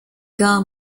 gama